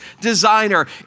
designer